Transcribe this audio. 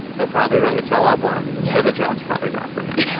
he'll probably write a tell-all book yeah so the job's probably not for him.